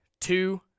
two